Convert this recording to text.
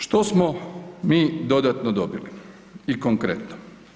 Što smo mi dodatno dobili i konkretno?